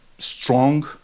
strong